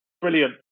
Brilliant